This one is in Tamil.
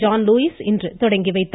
ஜான்லூயிஸ் இன்று தொடங்கி வைத்தார்